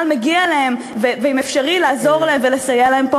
מגיע להם ואם אפשר לעזור להם ולסייע להם פה,